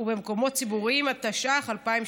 ובמקומות ציבוריים, התשע"ח 2018,